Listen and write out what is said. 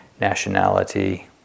nationality